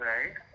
Right